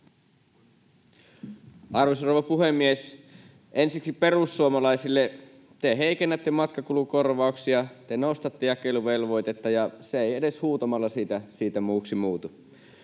Arvoisa rouva puhemies! Ensiksi perussuomalaisille: Te heikennätte matkakulukorvauksia, te nostatte jakeluvelvoitetta, ja se ei edes huutamalla siitä muuksi muutu.